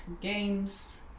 games